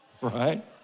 right